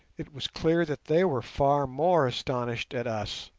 it was clear that they were far more astonished at us.